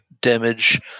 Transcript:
damage